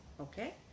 Okay